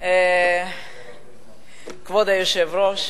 כבוד היושב-ראש,